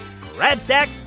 GrabStack